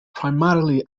primarily